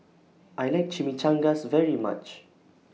I like Chimichangas very much